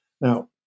Now